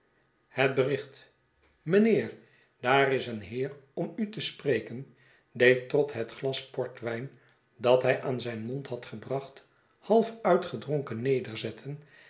het bericht mijnheer daar is een heer om u te spreken deed trott het glas portwijn dat hij aan zijn mond had gebracht half uitgedronken